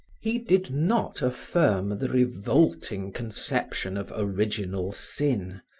he did not affirm the revolting conception of original sin,